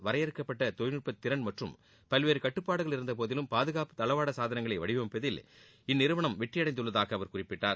வரையறுக்கப்பட்ட தொழில்நுட்பத் திறன் மற்றும் பல்வேறு கட்டுப்பாடுகள் இருந்த போதிலும் பாதுகாப்பு தளவாட சாதனங்களை வடிவமைப்பதில் இந்நிறுவனம் வெற்றியடைந்துள்ளதாக அவர் குறிப்பிட்டார்